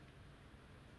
s~ ah !wah!